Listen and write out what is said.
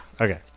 okay